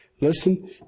Listen